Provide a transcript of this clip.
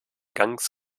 ganz